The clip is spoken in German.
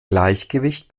gleichgewicht